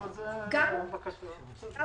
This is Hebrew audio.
גם